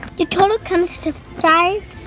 your total comes to five,